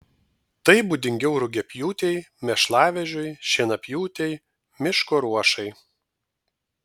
tai būdingiau rugiapjūtei mėšlavežiui šienapjūtei miško ruošai